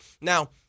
Now